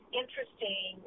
interesting